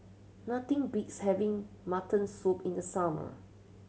nothing beats having mutton soup in the summer